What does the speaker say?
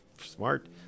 smart